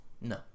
No